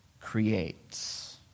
creates